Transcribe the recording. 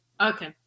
Okay